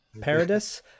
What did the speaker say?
paradis